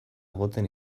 egoten